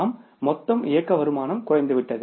நம் மொத்தம் இயக்க வருமானம் குறைந்துவிட்டது